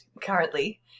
currently